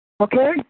Okay